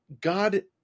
God